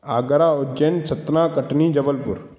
Agra Ujjain Satna Katni Jabalpur